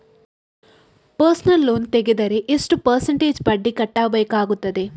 Personal loan ತೆಗೆದರೆ ಎಷ್ಟು percentage ಬಡ್ಡಿ ಕಟ್ಟಬೇಕಾಗುತ್ತದೆ?